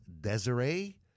Desiree